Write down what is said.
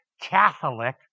Catholic